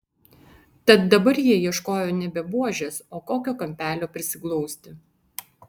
tad dabar jie ieškojo nebe buožės o kokio kampelio prisiglausti